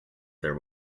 their